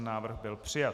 Návrh byl přijat.